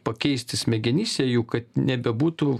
pakeisti smegenyse jų kad nebebūtų